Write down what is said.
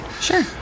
Sure